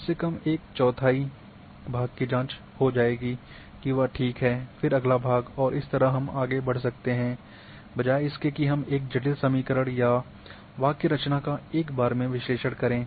कम से कम एक चौथाई भाग की जांच हो जाएगी कि वह ठीक है फिर अगला भाग और इसी तरह हम आगे बढ़ सकते बजाय इसके की हम जटिल समीकरण या वाक्य रचना का एक बार में विश्लेषण करें